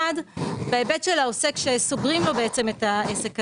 בהיבט של העוסק שסוגרים לו את העסק הזה,